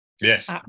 Yes